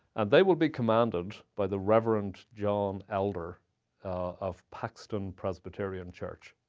and they will be commanded by the reverend john elder of paxton presbyterian church,